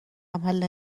عمل